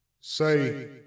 Say